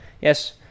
yes